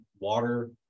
water